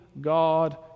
God